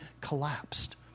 collapsed